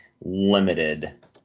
limited